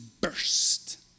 burst